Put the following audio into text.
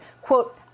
quote